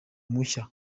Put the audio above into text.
mushya